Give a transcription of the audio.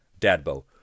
Dadbo